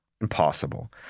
Impossible